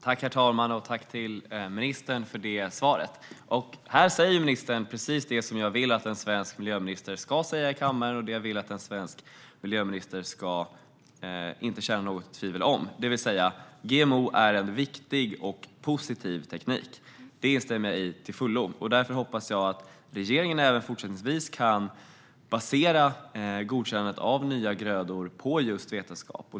Herr talman! Jag vill tacka ministern för svaret. Här säger hon precis det som jag vill att en svensk miljöminister ska säga i kammaren och det som jag vill att en svensk miljöminister inte ska känna några tvivel om, det vill säga att GMO är en viktig och positiv teknik. Det instämmer jag i till fullo. Därför hoppas jag att regeringen även fortsättningsvis kan basera godkännandet av nya grödor på vetenskap.